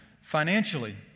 financially